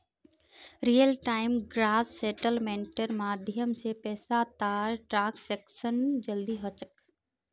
real time gross सेटलमेंटेर माध्यम स पैसातर ट्रांसैक्शन जल्दी ह छेक